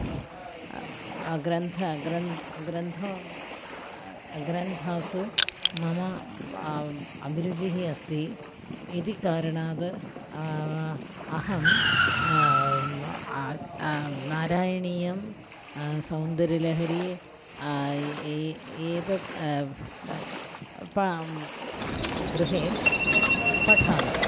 ग्रन्थः ग्रन्थः ग्रन्थः ग्रन्थासु मम अभिरुचिः अस्ति इति कारणात् अहं नारायणीयं सौन्दर्यलहरी एतत् प गृहे पठामि